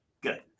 Good